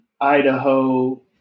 Idaho